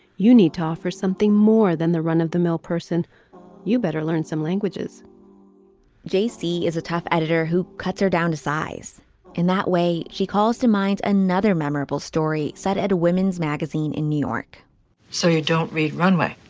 you need to offer something more than the run of the mill person you better learn some languages j c. is a tough editor who cuts her down to size in that way. she calls to mind another memorable story set at a women's magazine in new york so you don't read runway.